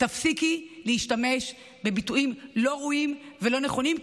תפסיקי להשתמש בביטויים לא ראויים ולא נכונים,